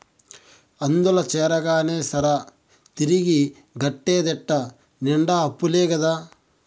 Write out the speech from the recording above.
అందుల చేరగానే సరా, తిరిగి గట్టేటెట్ట నిండా అప్పులే కదా